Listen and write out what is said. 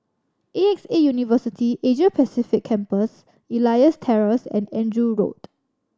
A X A University Asia Pacific Campus Elias Terrace and Andrew Road